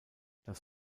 das